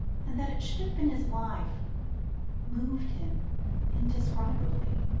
and that it should have been his wife moved him indescribably.